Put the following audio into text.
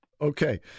Okay